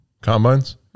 Combines